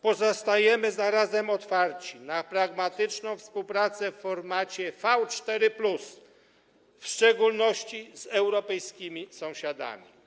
Pozostajemy zarazem otwarci na pragmatyczną współpracę w formacie V4+, w szczególności z europejskimi sąsiadami.